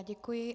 Děkuji.